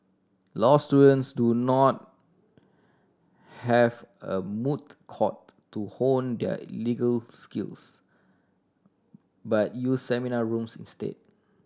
law students do not have a moot court to hone their legal skills but use seminar rooms instead